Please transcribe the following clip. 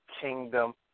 kingdom